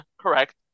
correct